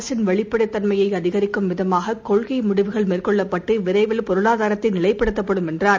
அரசின் வெளிப்படைத்தன்மையைஅதிகரிக்கும் விதமாககொள்கைமுடிவுகள் மேற்கொள்ளப்பட்டுவிரைவில் பொருளாதாரத்தைநிலைப்படுத்தப்படும் என்றார்